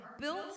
built